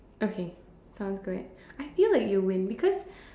okay sounds good I feel like you win because